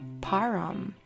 Param